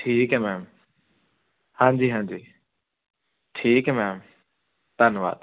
ਠੀਕ ਹੈ ਮੈਮ ਹਾਂਜੀ ਹਾਂਜੀ ਠੀਕ ਹੈ ਮੈਮ ਧੰਨਵਾਦ